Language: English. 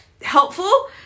helpful